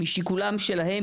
משיקולם שלהם,